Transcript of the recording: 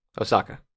Osaka